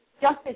justice